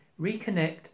reconnect